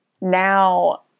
now –